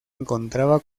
encontraba